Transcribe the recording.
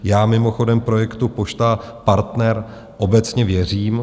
Já mimochodem projektu Pošta Partner obecně věřím.